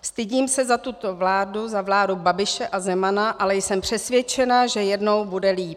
Stydím se za tuto vládu, za vládu Babiše a Zemana, ale jsem přesvědčena, že jednou bude líp.